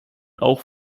auch